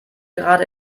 gerade